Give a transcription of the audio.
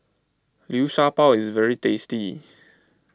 Liu Sha Bao is very tasty